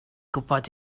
gwybod